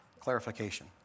clarification